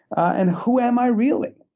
and who am i really?